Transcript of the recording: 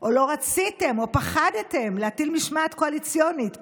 או לא רציתם או פחדתם להטיל משמעת קואליציונית.